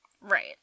Right